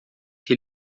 que